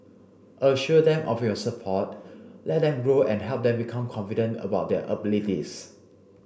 assure them of your support let them grow and help them become confident about their abilities